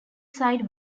side